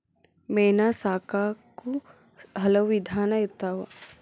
ಮೇನಾ ಸಾಕಾಕು ಹಲವು ವಿಧಾನಾ ಇರ್ತಾವ